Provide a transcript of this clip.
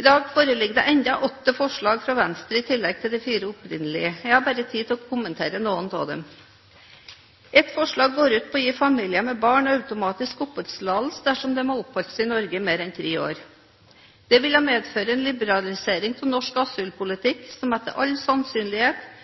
I dag foreligger det enda åtte forslag fra Venstre i tillegg til de fire opprinnelige. Jeg har bare tid til å kommentere noen av dem. Et forslag går ut på å gi familier med barn automatisk oppholdstillatelse dersom de har oppholdt seg i Norge i mer enn tre år. Det ville medføre en liberalisering av norsk asylpolitikk, som etter all sannsynlighet